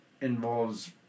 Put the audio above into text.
involves